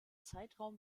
zeitraum